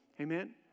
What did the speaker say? Amen